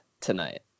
tonight